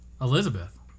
Elizabeth